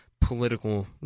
political